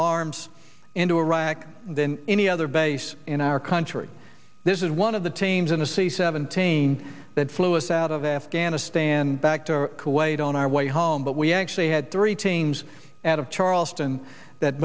arms into iraq than any other base in our country this is one of the teams in the c seventeen that flew us out of afghanistan back to kuwait on our way home but we actually had three teams out of charleston that